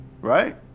right